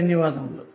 ధన్యవాదములు